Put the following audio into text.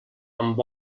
amb